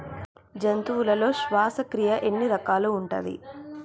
జంతువులలో శ్వాసక్రియ ఎన్ని రకాలు ఉంటది?